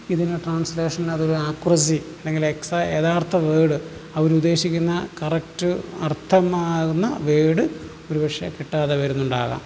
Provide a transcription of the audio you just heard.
ഇതിന് ട്രാൻസിലേഷന് അഥവാ ആക്കുറസി അല്ലെങ്കില് എക്സ യഥാർത്ഥ വേഡ് അവരുദ്ദേശിക്കുന്ന കറക്ട് അർത്ഥമാകുന്ന വേഡ് ഒരുപക്ഷെ കിട്ടാതെ വരുന്നുണ്ടാകാം